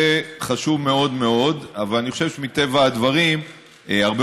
אבל אני חושב שמטבע הדברים היה הרבה